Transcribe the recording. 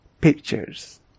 pictures